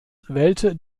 wählte